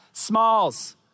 Smalls